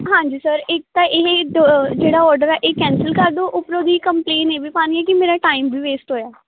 ਹਾਂਜੀ ਸਰ ਇੱਕ ਤਾਂ ਇਹ ਜਿਹੜਾ ਓਡਰ ਹੈ ਇਹ ਕੈਂਸਲ ਕਰ ਦਓ ਉਪਰੋਂ ਦੀ ਕੰਪਲੇਨ ਇਹ ਵੀ ਪਾਉਣੀ ਕਿ ਮੇਰਾ ਟਾਈਮ ਵੀ ਵੇਸਟ ਹੋਇਆ